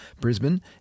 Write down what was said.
Brisbane